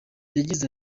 yagize